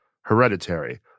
Hereditary